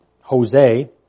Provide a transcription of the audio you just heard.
Jose